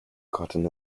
cotton